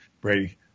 Brady